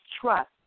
trust